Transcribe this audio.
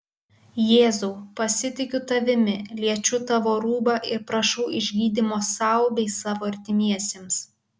jėzau pasitikiu tavimi liečiu tavo rūbą ir prašau išgydymo sau bei savo artimiesiems